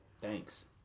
Thanks